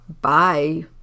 Bye